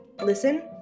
Listen